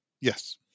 Yes